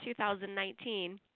2019